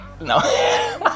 No